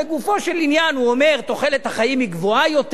לגופו של עניין הוא אומר: תוחלת החיים היא גבוהה יותר.